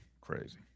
Crazy